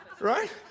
right